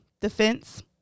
defense